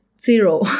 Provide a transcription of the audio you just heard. zero